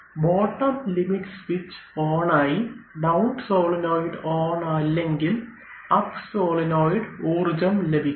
bottom limit switch on ആയി down solenoid on അല്ലെങ്കിൽ up solenoid ഊർജ്ജം ലഭിക്കും